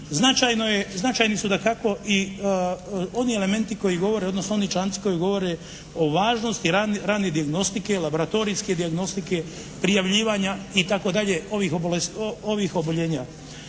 koji govore odnosno oni članci koji govore o važnosti rane dijagnostike i laboratorijske dijagnostike, prijavljivanja i tako dalje ovih oboljenja.